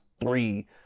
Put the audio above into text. three